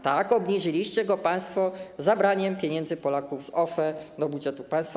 Tak, obniżyliście go państwo zabraniem pieniędzy Polaków z OFE do budżetu państwa.